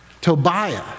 Tobiah